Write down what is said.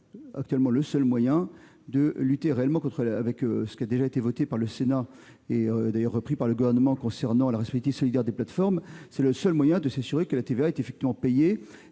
actuellement le seul moyen, avec ce qui a déjà été voté par le Sénat et d'ailleurs repris par le Gouvernement concernant la responsabilité solidaire des plateformes, de s'assurer que la TVA est effectivement payée,